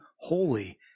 holy